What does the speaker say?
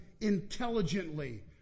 intelligently